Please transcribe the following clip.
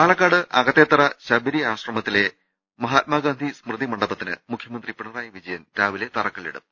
പാലക്കാട് അകത്തേത്തറ ശബരി ആശ്രമത്തിലെ മഹാത്മാഗാന്ധി സ്മൃതി മണ്ഡപത്തിന് മുഖ്യമന്ത്രി പിണറായി വിജയൻ രാവിലെ തറക്ക ല്ലിടും